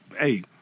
Hey